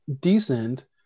decent